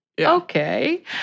Okay